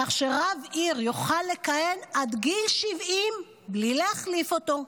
כך שרב עיר יוכל לכהן עד גיל 70 בלי להחליף אותו.